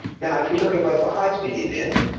now if we look at what baha'is believe in,